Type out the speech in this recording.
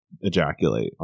ejaculate